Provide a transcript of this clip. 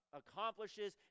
accomplishes